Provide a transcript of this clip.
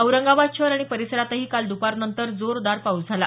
औरंगाबाद शहर आणि परिसरातही काल द्पारनंतर जोरदार पाऊस झाला